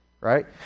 right